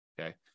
Okay